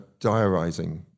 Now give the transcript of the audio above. diarising